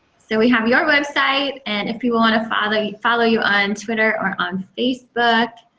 so we have your website, and if people want to follow follow you on twitter or on facebook.